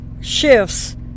shifts